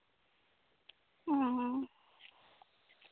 ᱦᱮᱸ